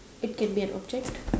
it can be an object